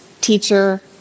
teacher